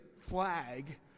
flag